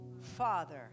Father